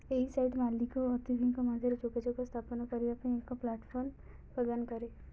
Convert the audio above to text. ଏହି ସାଇଟ୍ ମାଲିକ ଓ ଅତିଥିଙ୍କ ମଧ୍ୟରେ ଯୋଗାଯୋଗ ସ୍ଥାପନ କରିବା ପାଇଁ ଏକ ପ୍ଲାଟଫର୍ମ ପ୍ରଦାନ କରେ